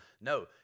No